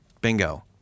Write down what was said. Bingo